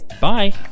Bye